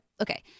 okay